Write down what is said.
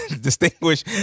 distinguish